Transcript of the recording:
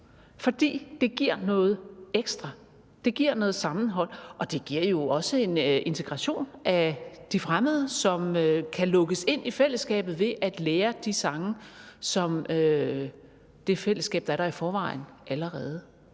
fordi det giver noget ekstra, det giver noget sammenhold. Og det giver jo også en integration af de fremmede, som kan lukkes ind i fællesskabet ved at lære de sange, som det fællesskab, der er der i forvejen, allerede